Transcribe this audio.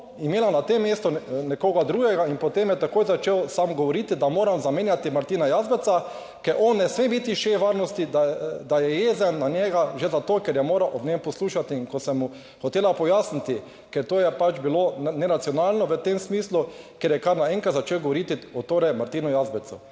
imela na tem mestu nekoga drugega in potem je takoj začel sam govoriti, da moram zamenjati Martina Jazbeca, ker on ne sme biti šef varnosti, da je jezen na njega že zato, ker je moral ob njem poslušati in ko sem mu hotela pojasniti, ker to je pač bilo neracionalno v tem smislu, ker je kar naenkrat začel govoriti o, torej, Martinu Jazbecu".